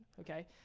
Okay